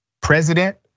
president